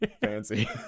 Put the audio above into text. fancy